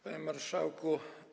Panie Marszałku!